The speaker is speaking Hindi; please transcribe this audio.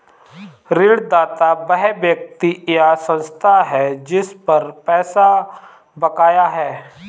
ऋणदाता वह व्यक्ति या संस्था है जिस पर पैसा बकाया है